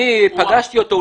אני פגשתי אותו.